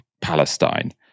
Palestine